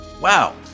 Wow